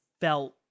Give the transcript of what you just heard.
felt